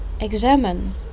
examine